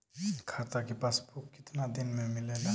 खाता के पासबुक कितना दिन में मिलेला?